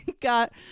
got